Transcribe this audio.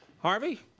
Harvey